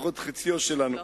לפחות חציו שלנו.